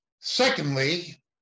Secondly